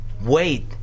wait